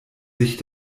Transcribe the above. sich